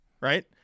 Right